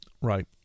Right